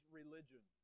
religion